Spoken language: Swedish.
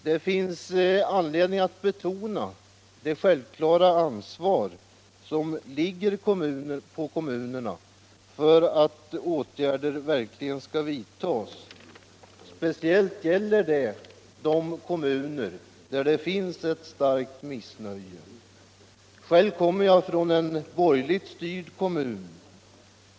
Det finns anledning att betona det självklara ansvaret som ligger på kommunerna för att åtgärder verkligen skall vidtas. Det gäller speciellt de kommuner där det finns ett starkt missnöje. Själv kommer jag från en borgerligt styrd kommun.